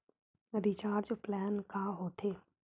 Recharge plan का होथे?